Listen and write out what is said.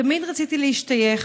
תמיד רציתי להשתייך,